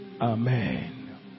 Amen